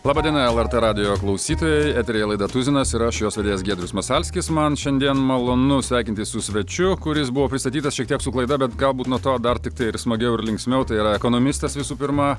laba diena lrt radijo klausytojai eteryje laida tuzinas ir aš jos vedėjas giedrius masalskis man šiandien malonu sveikintis su svečiu kuris buvo pristatytas šiek tiek su klaida bet galbūt nuo to dar tiktai ir smagiau ir linksmiau tai yra ekonomistas visų pirma